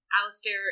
Alistair